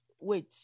wait